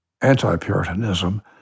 anti-Puritanism